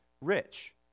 rich